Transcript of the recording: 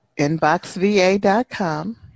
InboxVA.com